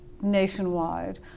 nationwide